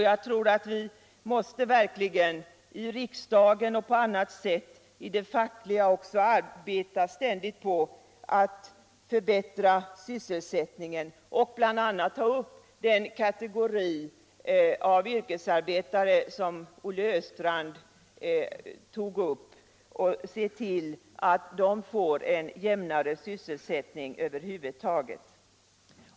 Jag tror att vi verkligen måste, i riksdagen och på annat sätt, bl.a. i fackliga sammanhang, arbeta ständigt på att förbättra sysselsättningen. Då måste vi bl.a. ta upp den kategori av yrkesarbetare som Olle Östrand talade om och se till att de får en jämnare sysselsättning.